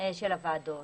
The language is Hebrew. של הוועדות